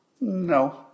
No